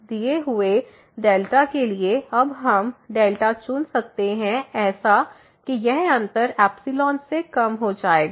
दिए हुए के लिए हम अब चुन सकते हैं ऐसा कि यह अंतर से कम हो जाएगा